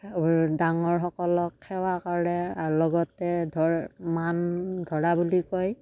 ডাঙৰসকলক সেৱা কৰে আৰু লগতে ধৰ মান ধৰা বুলি কয়